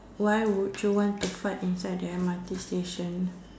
why would you want to fart inside the M_R_T station